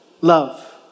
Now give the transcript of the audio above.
love